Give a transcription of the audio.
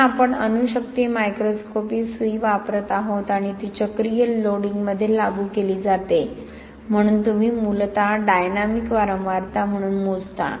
म्हणून आपण अणू शक्ती मायक्रोस्कोपी सुई वापरत आहोत आणि ती चक्रीय लोडिंगमध्ये लागू केली जाते म्हणून तुम्ही मूलत डायनॅमिक वारंवारता म्हणून मोजता